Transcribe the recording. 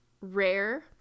rare